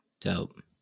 Dope